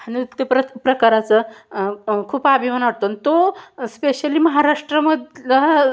नृत्य प्र प्रकाराचं खूप अभिमान वाटतो आणि तो स्पेशली महाराष्ट्रामधलं